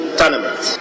tournament